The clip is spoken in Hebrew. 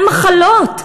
על מחלות?